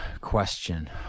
question